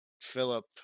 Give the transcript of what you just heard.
Philip